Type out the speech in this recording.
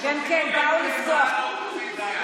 באו לפתוח.